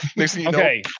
Okay